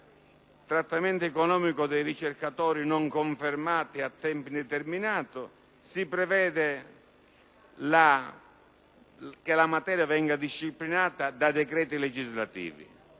trattamento economico dei ricercatori non confermati a tempo indeterminato - si prevede che la materia venga disciplinata da decreti legislativi,